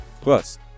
Plus